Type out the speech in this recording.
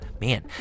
man